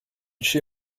she